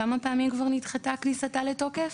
כמה פעמים כבר נדחתה כניסתה לתוקף?